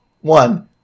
One